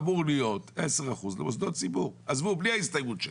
אמור להיות 10% למוסדות ציבור בלי ההסתייגות שלי.